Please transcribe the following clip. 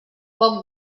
poc